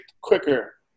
quicker